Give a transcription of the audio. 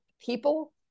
people